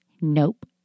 Nope